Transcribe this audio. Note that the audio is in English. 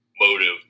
motive